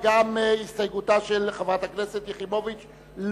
אני קובע שההסתייגות לסעיף 15 לא